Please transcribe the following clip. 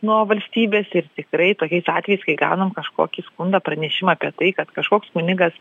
nuo valstybės ir tikrai tokiais atvejais kai gaunam kažkokį skundą pranešimą apie tai kad kažkoks kunigas